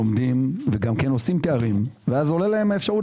לומדים וגם עושים תארים ואז עולה להם האפשרות